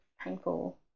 painful